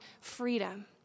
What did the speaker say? freedom